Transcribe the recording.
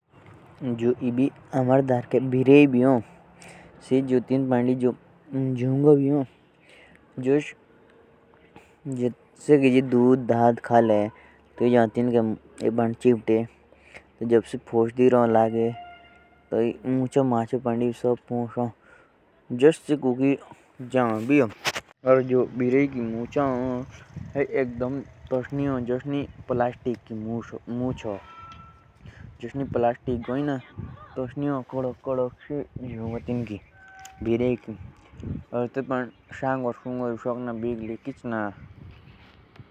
जो भेरेई की जुगो भी होन। तेतु का प्रयोग से कोटुई चिजक का आंक्लोन क्रनोंक क्रो। ओर कोटुई दूरियक माप्नोक क्रो।